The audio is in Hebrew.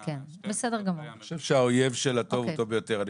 אני חושב שהאויב של הטוב הוא הטוב ביותר.